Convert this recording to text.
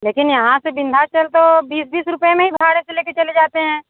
लेकिन यहाँ से विंध्याचल तो बीस बीस रुपए में ही भाड़े से लेके चले जाते हैं